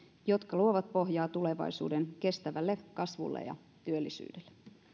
ne luovat pohjaa tulevaisuuden kestävälle kasvulle ja työllisyydelle